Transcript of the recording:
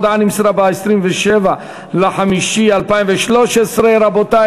הודעה נמסרה ב-27 במאי 2013. רבותי,